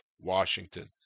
Washington